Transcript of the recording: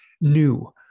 new